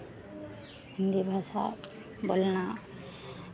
हिन्दी भाषा बोलना